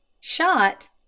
shot